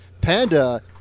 panda